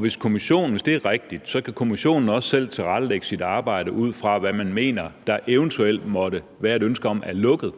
hvis det er rigtigt, kan kommissionen også selv tilrettelægge sit arbejde ud fra, hvad man mener der eventuelt måtte være et ønske om at holde lukket.